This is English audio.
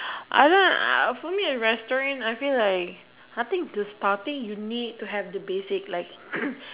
I don't know I I for me a restaurant I feel like nothing to starting you need to have the basic like